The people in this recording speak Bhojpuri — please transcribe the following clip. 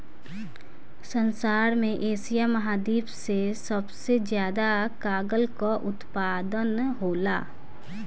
संसार में एशिया महाद्वीप से सबसे ज्यादा कागल कअ उत्पादन होला